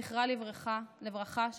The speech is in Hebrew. זכרה לברכה,